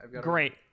great